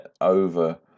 over